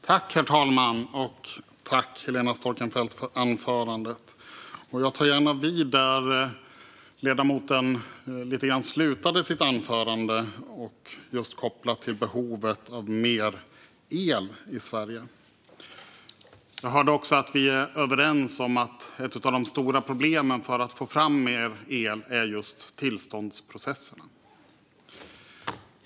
Herr talman! Tack, Helena Storckenfeldt, för anförandet! Jag tar gärna vid där ledamoten slutade sitt anförande - behovet av mer el i Sverige. Jag hörde att vi är överens om att ett av de stora problemen när det gäller att få fram mer el är tillståndsprocesserna.